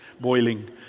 boiling